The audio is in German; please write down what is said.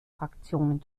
fraktionen